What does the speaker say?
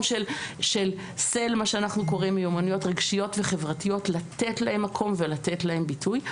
של מיומנויות רגשיות וחברתיות לתת להם מקום ולתת להם ביטוי.